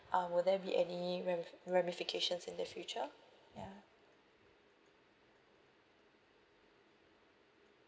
uh will there be ra~ ramifications in the future ya